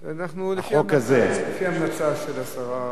לפי המלצה של השרה.